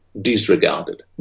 disregarded